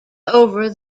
over